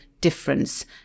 difference